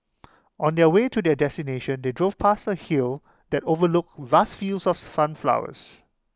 on the way to their destination they drove past A hill that overlooked vast fields of sunflowers